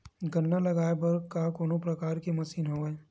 गन्ना लगाये बर का कोनो प्रकार के मशीन हवय?